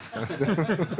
סתם.